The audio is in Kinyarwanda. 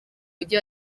mujyi